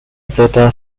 zeta